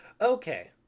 Okay